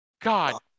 God